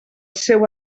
seu